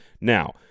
Now